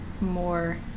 more